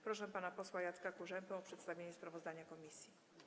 Proszę pana posła Jacka Kurzępę o przedstawienie sprawozdania komisji.